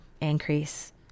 increase